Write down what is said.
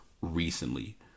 recently